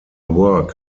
work